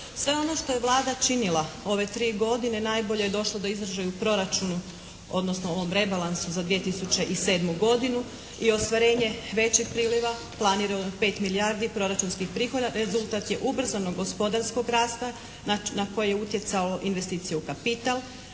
Sve ono što je Vlada činila ove 3 godine najbolje je došlo do izražaja u proračunu, odnosno u ovom rebalansu za 2007. godinu i ostvarenje većih priliva planirano 5 milijardi proračunskih prihoda, rezultat je ubrzano gospodarskog rasta na koje je utjecao investicija u kapital,